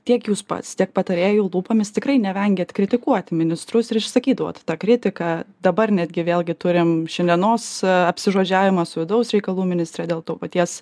tiek jūs pats tiek patarėjų lūpomis tikrai nevengiat kritikuoti ministrus ir išsakyt vat tą kritiką dabar netgi vėlgi turim šiandienos apsižodžiavimą su vidaus reikalų ministre dėl to paties